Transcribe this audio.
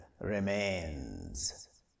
remains